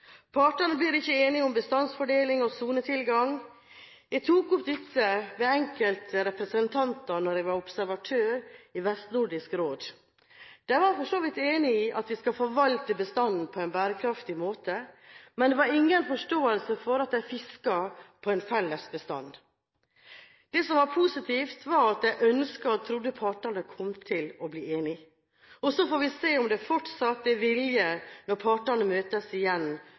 Partene blir ikke enige om bestandsfordeling og sonetilgang. Jeg tok opp dette med enkelte representanter da jeg var observatør i Vestnordisk Råd. De var for så vidt enig i at vi skal forvalte bestanden på en bærekraftig måte, men det var ingen forståelse for at de fisket på en felles bestand. Det som var positivt, var at de ønsket og trodde at partene kom til å bli enige. Så får vi se om det fortsatt er vilje når partene møtes igjen